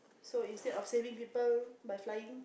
so instead of saving people by flying